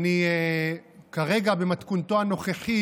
כרגע במתכונתו הנוכחית,